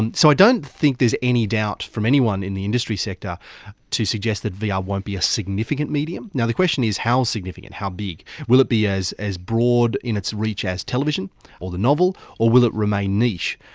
and so i don't think there's any doubt from anyone in the industry sector to suggest that vr ah won't be a significant medium. and the question is how significant, how big. will it be as as broad in its reach as television or the novel, or will it remain in niche?